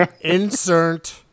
Insert